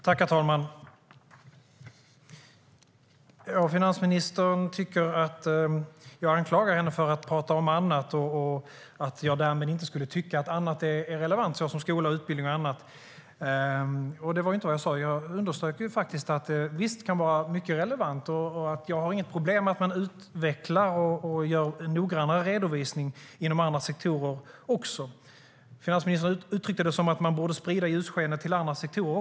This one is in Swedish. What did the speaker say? Herr talman! Finansministern tycker att jag anklagar henne för att tala om annat och att jag därmed inte skulle tycka att annat, såsom skola, utbildning med mera, är relevant. Det var inte vad jag sa. Jag underströk att det visst kan vara mycket relevant. Jag har inte något problem med att man utvecklar och gör en noggrannare redovisning också inom andra sektorer. Finansministern uttryckte det som att man borde sprida ljusskenet även till andra sektorer.